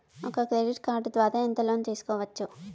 ఒక credit card ద్వారా ఎంత లోను తీసుకోవచ్చు?